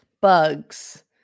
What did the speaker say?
bugs